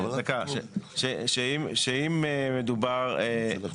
שאם מדובר --- לא,